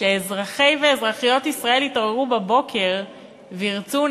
שאזרחי ואזרחיות ישראל יתעוררו בבוקר וירצו,